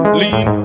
lean